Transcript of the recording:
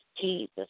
Jesus